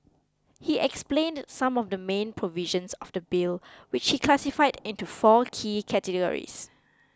he explained some of the main provisions of the bill which he classified into four key categories